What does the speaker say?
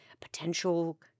potential